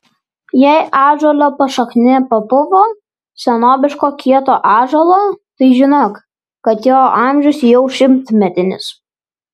jei ąžuolo pašaknė papuvo senobiško kieto ąžuolo tai žinok kad jo amžius jau šimtmetinis